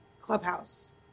clubhouse